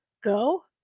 Go